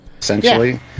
essentially